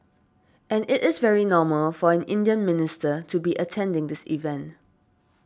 and it is very normal for an Indian minister to be attending this event